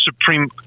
Supreme –